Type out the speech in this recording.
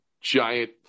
giant